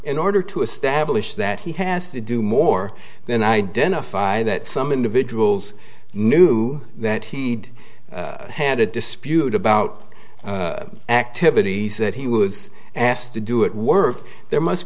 in order to establish that he has to do more than identify that some individuals knew that he'd had a dispute about activities that he was asked to do it work there must